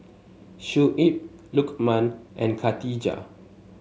Shuib Lukman and Khatijah